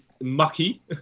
mucky